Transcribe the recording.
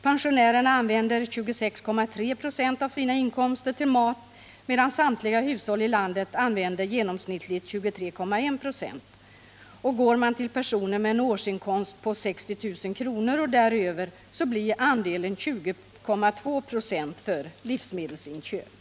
Pensionärerna använder 26,3 96 av sina inkomster till mat, medan samtliga hushåll i landet använder genomsnittligt 23,1 26. Går man till personer med en årsinkomst på 60 090 kr. och däröver finner man att andelen blir 20,2 96 för livsmedelsinköp.